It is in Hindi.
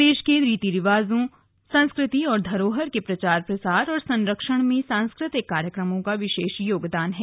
प्रदेश के रीति रिवाजों संस्कृति और धरोहर के प्रचार प्रसार और संरक्षण में सांस्कृतिक कार्यक्रमों का विशेष योगदान है